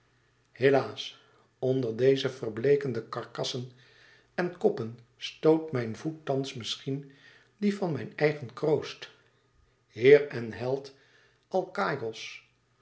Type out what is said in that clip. helaas onder deze verbleekende karkassen en koppen stoot mijn voet thans misschien die van mijn eigen kroost heer en held alkaïos